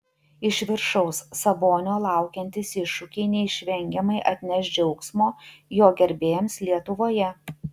iš viršaus sabonio laukiantys iššūkiai neišvengiamai atneš džiaugsmo jo gerbėjams lietuvoje